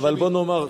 אבל בוא נאמר,